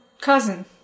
cousin